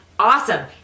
Awesome